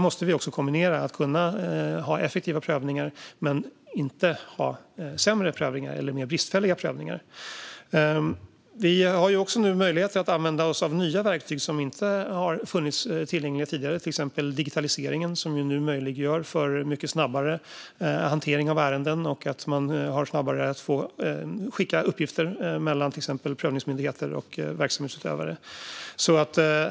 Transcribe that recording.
Vi ska ha effektiva prövningar, men de får inte vara sämre eller mer bristfälliga. Vi har nu också möjligheter att använda oss av nya verktyg som inte har funnits tillgängliga tidigare, till exempel digitaliseringen som nu möjliggör för mycket snabbare hantering av ärenden i och med att man snabbare kan skicka uppgifter mellan till exempel prövningsmyndigheter och verksamhetsutövare.